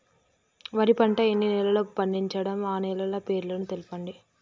వరి పంట ఎన్ని నెలల్లో పండించగలం ఆ నెలల పేర్లను తెలుపండి?